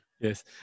Yes